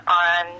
on